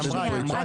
היא אמרה